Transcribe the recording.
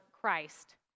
christ